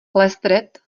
lestred